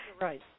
Right